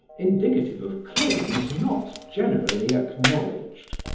indicative of claims not generally acknowledged,